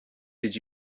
did